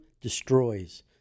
destroys